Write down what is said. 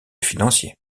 financier